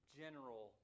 general